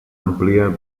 àmplia